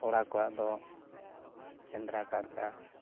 ᱠᱚᱲᱟ ᱠᱚᱣᱟᱜ ᱫᱚ ᱥᱮᱸᱫᱽᱨᱟ ᱠᱟᱨᱠᱟ